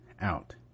out